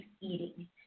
eating